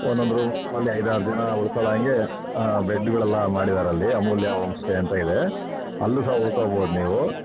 ಒಂದೊಂದು ರೂಮಲ್ಲಿ ಐದಾರು ಜನ ಉಳ್ಕೊಳ್ಳೋ ಹಾಗೆ ಬೆಡ್ಗಳೆಲ್ಲ ಮಾಡಿದ್ದಾರಲ್ಲಿ ಅಮೂಲ್ಯ ಹೋಂಸ್ಟೇ ಅಂತ ಇದೆ ಅಲ್ಲೂ ಸಹ ಉಳ್ಕೊಬೋದು ನೀವು